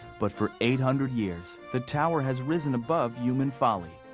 but for eight hundred years the tower has risen above human folly,